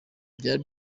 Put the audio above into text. byari